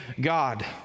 God